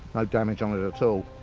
damage on it at so